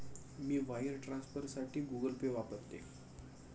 मी wire ट्रान्सफरसाठी Google Pay वापरते